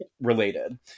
related